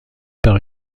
par